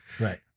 Right